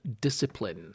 discipline